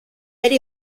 elle